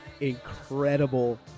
incredible